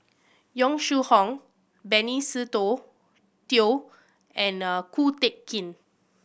Yong Shu Hoong Benny Se Teo and Ko Teck Kin